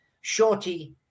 Shorty